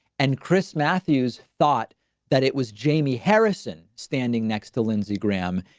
and chris matthews thought that it was jamie harrison standing next to linda gram.